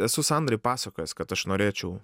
esu sandrai pasakojęs kad aš norėčiau